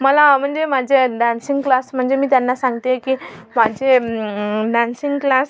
मला म्हणजे माझे डान्सिंग क्लास म्हणजे मी त्यांना सांगते की माझे डान्सिंग क्लास